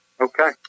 Okay